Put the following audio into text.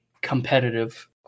competitive